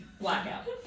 Blackout